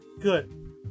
Good